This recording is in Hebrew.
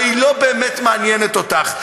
הרי היא לא באמת מעניינת אותך.